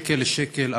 שקל לשקל,